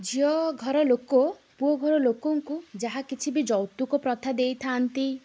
ଝିଅ ଘର ଲୋକ ପୁଅ ଘର ଲୋକଙ୍କୁ ଯାହା କିଛି ବି ଯୌତୁକ ପ୍ରଥା ଦେଇଥାନ୍ତି